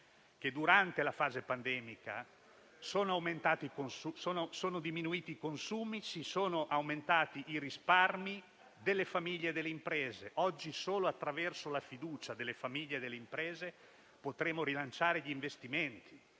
durante la fase pandemica sono diminuiti i consumi e sono aumentati i risparmi delle famiglie e delle imprese. Oggi, solo attraverso la fiducia delle famiglie e delle imprese potremo rilanciare gli investimenti,